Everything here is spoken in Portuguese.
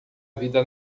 vida